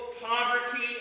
poverty